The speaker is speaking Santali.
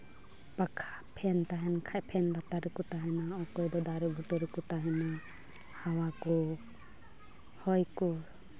ᱯᱟᱠᱷᱟ ᱯᱷᱮᱱ ᱛᱟᱦᱨᱱ ᱠᱷᱟᱡ ᱯᱷᱮᱱ ᱞᱟᱛᱟᱨ ᱨᱮᱠᱚ ᱛᱟᱦᱮᱱᱟ ᱚᱠᱚᱭ ᱫᱚ ᱫᱟᱨᱮ ᱵᱩᱴᱟᱹ ᱨᱮᱠᱚ ᱛᱟᱦᱮᱱᱟ ᱦᱟᱣᱟ ᱠᱚ ᱚᱭ ᱠᱚ